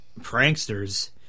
Pranksters